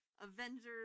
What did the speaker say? Avengers